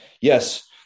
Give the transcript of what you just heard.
Yes